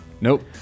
Nope